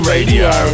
Radio